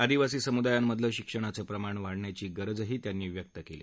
आदिवासी समुदायांमधलं शिक्षणाचं प्रमाण वाढण्याची गरजही त्यांनी व्यक्त केली